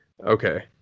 Okay